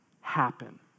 happen